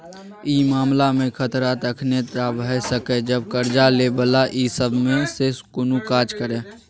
ई मामला में खतरा तखने टा भेय सकेए जब कर्जा लै बला ई सब में से कुनु काज करे